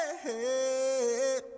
hey